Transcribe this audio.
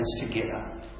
together